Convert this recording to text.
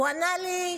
הוא ענה לי: